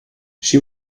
she